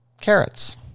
carrots